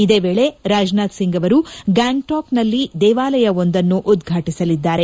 ಇದೇ ವೇಳೆ ರಾಜನಾಥ್ ಸಿಂಗ್ ಅವರು ಗ್ಲಾಂಗ್ಟಕ್ನಲ್ಲಿ ದೇವಾಲಯವೊಂದನ್ನು ಉದ್ವಾಟಿಸಲಿದ್ದಾರೆ